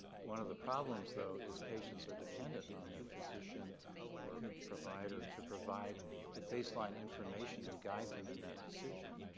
one of the problems though is patients are dependent on their physician or provider to provide the baseline information and guide them in that decision.